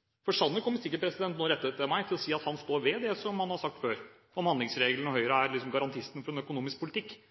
meg, kommer sikkert til å si at han står ved det han før har sagt om handlingsregelen, og Høyre er liksom garantisten for den økonomiske politikken –